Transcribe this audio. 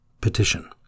Petition